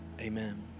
amen